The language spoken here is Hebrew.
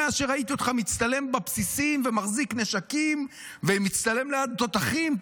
מאז שראיתי אותך מצטלם בבסיסים ומחזיק נשקים ומצטלם ליד תותחים,